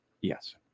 Yes